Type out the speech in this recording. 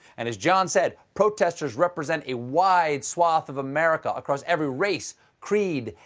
and as jon said, protesters represent a wide swath of america, across every race, creed,